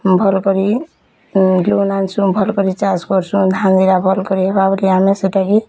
ଉଁ ଭଲ୍ କରି ଲୋନ୍ ଆନ୍ସୁଁ ଭଲ୍ କରି ଚାଷ୍ କରସୁଁ ଧାନ ଭଲ୍କରି ହେବା ବୋଲି ଆମେ ସେଟାକି